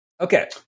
Okay